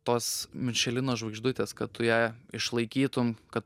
tos mišelino žvaigždutės kad tu ją išlaikytum kad